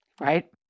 Right